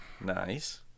Nice